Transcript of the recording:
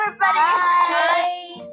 Bye